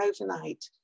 overnight